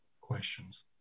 questions